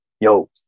yo